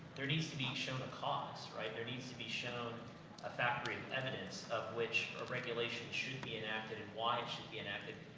there needs to be shown a cause, right? there needs to be shown a factor of evidence, of which a regulation should be enacted, and why it should be enacted.